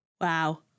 Wow